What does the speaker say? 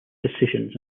decisions